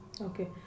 Okay